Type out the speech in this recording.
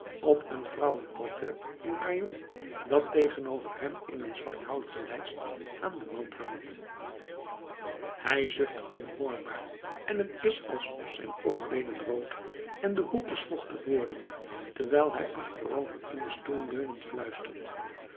op een vrouwenportret in crayon dat tegenover hem in een zwarthouten lijst aan den wand hangt hij zucht onhoorbaar en het is alsof zijn oogleden rood en de hoekjes vochtig worden terwijl hij achterover in den stoel leunend fluistert